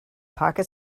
pocket